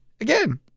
Again